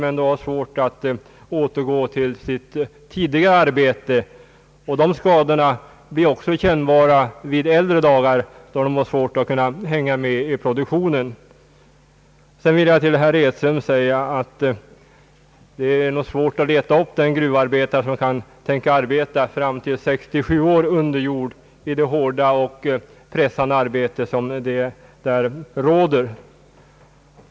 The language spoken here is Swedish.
Men de har haft svårigheter att återgå till sitt tidigare arbete, och dessa skador blir också kännbara på äldre dagar då de har svårt att hänga med i produktionen. Jag vill sedan säga till herr Edström, att det är nog svårt att leta upp en gruvarbetare som kan tänkas vilja arbeta ända till 67 år under jord i det hårda och pressande arbete, som det är fråga om.